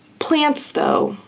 plants, tho.